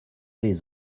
les